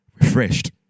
refreshed